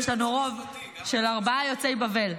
יש לנו רוב של ארבעה יוצאי בבל.